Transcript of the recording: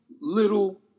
little